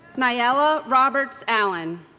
nyala roberts allen.